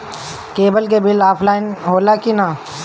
Cable के bill offline होला कि ना?